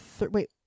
Wait